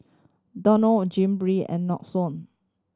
Danone Jim Beam and Nixon